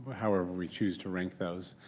however we choose to rank those,